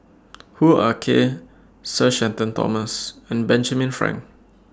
Hoo Ah Kay Sir Shenton Thomas and Benjamin Frank